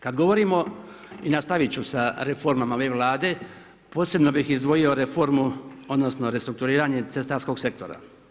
Kad govorimo i nastaviti ću sa reformama ove Vlade, posebno bih izdvojio reformu, odnosno restrukturiranje cestarskog sektora.